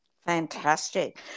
Fantastic